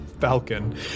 falcon